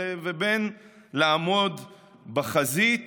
ובין לעמוד בחזית